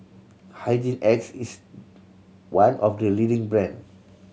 Hygin X is one of the leading brands